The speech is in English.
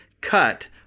cut